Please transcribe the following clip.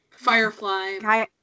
Firefly